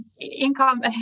income